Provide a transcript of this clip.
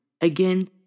Again